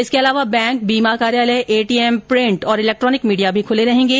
इसके अलावा बैंक बीमा कार्यालय एटीएम प्रिंट और इलेक्ट्रोनिक मीडिया भी खूले रहेंगे